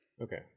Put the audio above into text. Okay